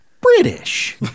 British